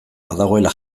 badagoela